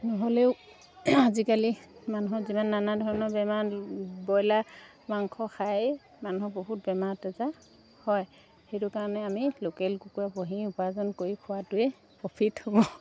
নহ'লেও আজিকালি মানুহৰ যিমান নানা ধৰণৰ বেমাৰ ব্ৰইলাৰ মাংস খাই মানুহ বহুত বেমাৰ তেজা হয় সেইটো কাৰণে আমি লোকেল কুকুৰা পুহি উপাৰ্জন কৰি খোৱাটোৱে প্ৰফিট হ'ব